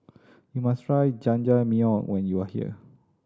you must try Jajangmyeon when you are here